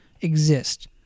exist